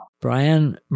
Brian